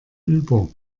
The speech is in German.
über